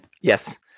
Yes